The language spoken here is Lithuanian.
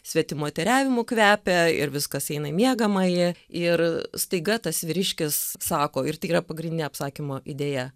svetimoteriavimu kvepia ir viskas eina į miegamąjį ir staiga tas vyriškis sako ir tai yra pagrindinė apsakymo idėja